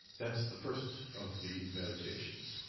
that's the first of the meditations.